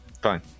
fine